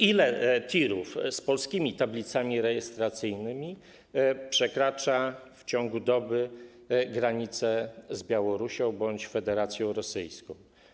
Ile tirów z polskimi tablicami rejestracyjnymi przekracza w ciągu doby granicę z Białorusią bądź Federacją Rosyjską?